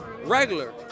regular